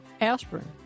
aspirin